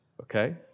okay